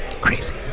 Crazy